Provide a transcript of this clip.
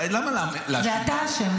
למה להאשים --- זה אתה אשם,